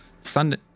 Sunday